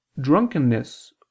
Drunkenness